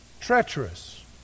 treacherous